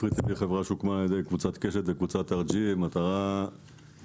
שהיא חברה שהוקמה על ידי קבוצת קשת וקבוצת RGE במטרה להיות